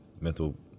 mental